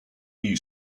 new